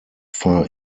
far